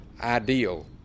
ideal